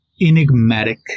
enigmatic